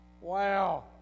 Wow